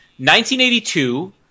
1982